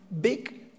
big